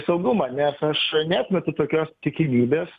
saugumą nes aš neatmetu tokios tikimybės